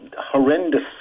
horrendous